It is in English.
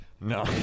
No